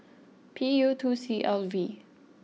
P U two C L V